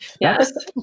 Yes